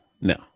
No